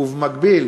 ובמקביל